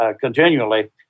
continually